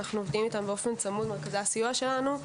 אנחנו עובדים איתם באופן צמוד, מרכזי הסיוע שלנו.